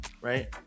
right